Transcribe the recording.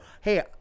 hey